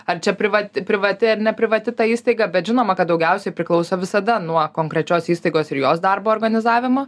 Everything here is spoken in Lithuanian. ar čia priva privati ar neprivati įstaiga bet žinoma kad daugiausiai priklauso visada nuo konkrečios įstaigos ir jos darbo organizavimo